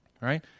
right